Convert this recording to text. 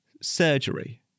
surgery